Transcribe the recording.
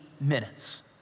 minutes